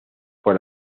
por